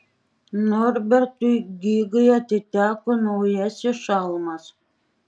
norbertui gigai atiteko naujasis šalmas